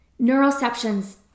Neuroception's